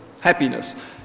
happiness